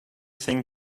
thing